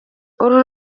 uru